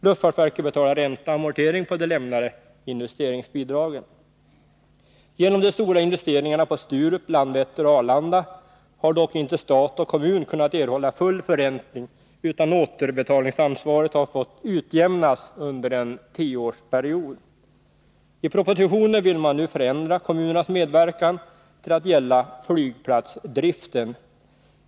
Luftfartsverket betalar ränta och amortering på de lämnade investeringsbidragen. Genom de stora investeringarna på Sturup, Landvetter och Arlanda har dock stat och kommun inte kunnat erhålla full förräntning, utan återbetalningsansvaret har fått utjämnas under en tioårsperiod. I propositionen vill man nu förändra kommunernas medverkan till att gälla flygplatsdriften.